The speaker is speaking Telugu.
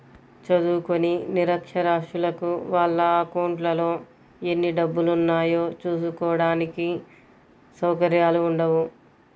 చదువుకోని నిరక్షరాస్యులకు వాళ్ళ అకౌంట్లలో ఎన్ని డబ్బులున్నాయో చూసుకోడానికి సౌకర్యాలు ఉండవు